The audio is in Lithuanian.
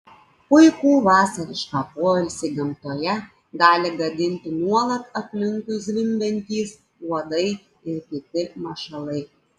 puikų vasarišką poilsį gamtoje gali gadinti nuolat aplinkui zvimbiantys uodai ir kiti mašalai